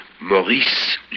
Maurice